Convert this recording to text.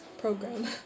program